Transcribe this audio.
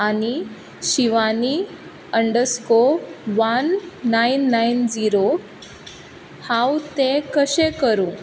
आनी Shivani underscore one nine nine zero हांव तें कशें करूं